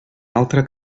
altre